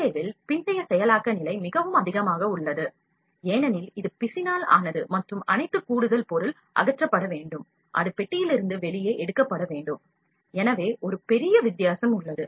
ஏ இல் பிந்தைய செயலாக்க நிலை மிகவும் அதிகமாக உள்ளது ஏனெனில் இது பிசினால் ஆனது மற்றும் அனைத்து கூடுதல் பொருள் அகற்றப்பட வேண்டும் அது பெட்டியிலிருந்து வெளியே எடுக்கப்பட வேண்டும் எனவே ஒரு பெரிய வித்தியாசம் உள்ளது